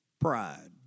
pride